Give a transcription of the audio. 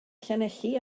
llanelli